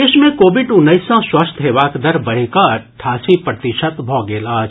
प्रदेश मे कोविड उन्नैस सँ स्वस्थ हेबाक दर बढ़ि कऽ अठासी प्रतिशत भऽ गेल अछि